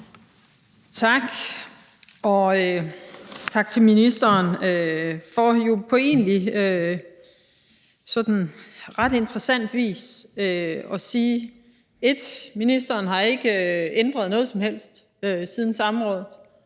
Tak, og tak til ministeren for jo på egentlig sådan ret interessant vis at sige, 1) at ministeren ikke har ændret noget som helst siden samrådet,